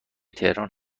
تهران